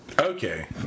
Okay